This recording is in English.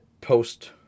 post